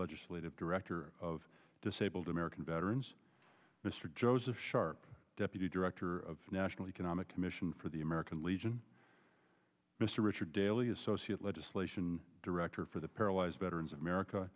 legislative director of disabled american veterans mr joseph sharp deputy director of national economic commission for the american legion mr richard daley associate legislation director for the paralyzed veterans of america